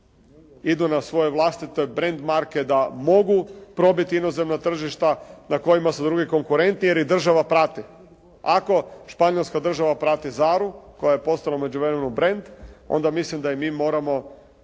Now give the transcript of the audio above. idu na svoje vlastite brend marke, da mogu probiti inozemna tržišta na kojima su drugi konkurenti jer ih država prati. Ako Španjolska država prati Zaru koja je postala u međuvremenu brend onda mislim da i mi moramo